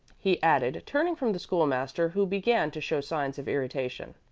he added, turning from the school-master, who began to show signs of irritation.